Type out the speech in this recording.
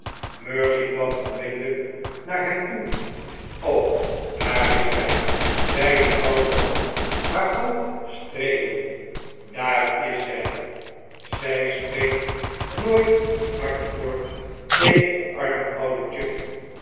mercy kwam onmiddellijk naar hem toe m o daar is zij zei de oude man haar hand streelend daar is zij zij spreekt nooit een hard woord tegen den armen